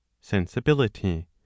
sensibility